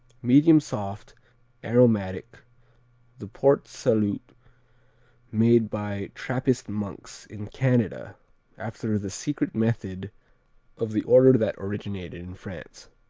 medium soft aromatic the port-salut made by trappist monks in canada after the secret method of the order that originated in france.